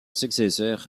successeur